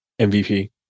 MVP